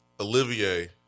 Olivier